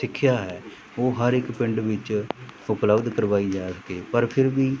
ਸਿੱਖਿਆ ਹੈ ਉਹ ਹਰ ਇੱਕ ਪਿੰਡ ਵਿੱਚ ਉਪਲਬਧ ਕਰਵਾਈ ਜਾ ਸਕੇ ਪਰ ਫਿਰ ਵੀ